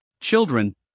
children